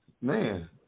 Man